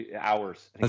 Hours